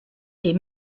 est